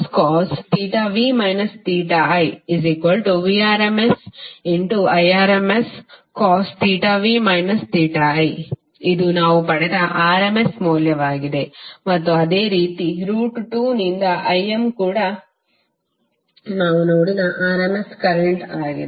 PVm2Im2cos v i Vrms Irmscosv i ಇದು ನಾವು ಪಡೆದ rms ಮೌಲ್ಯವಾಗಿದೆ ಮತ್ತು ಅದೇ ರೀತಿ ರೂಟ್ 2 ನಿಂದ im ಕೂಡ ನಾವು ನೋಡಿದ rms ಕರೆಂಟ್ ಆಗಿದೆ